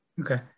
Okay